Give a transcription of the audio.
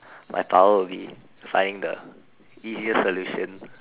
my power would be finding the easier solution